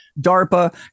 DARPA